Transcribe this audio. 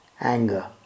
anger